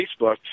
Facebook